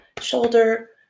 shoulder